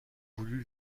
voulu